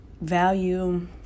value